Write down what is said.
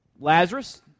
Lazarus